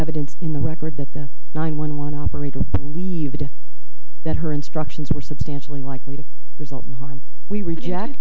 evidence in the record that the nine one one operator believed that her instructions were substantially likely to result in harm we reject